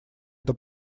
это